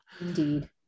indeed